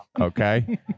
okay